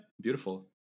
beautiful